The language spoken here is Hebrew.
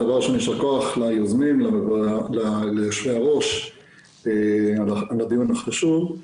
יישר כוח ליוזמים וליושבי הראש על הדיון החשוב.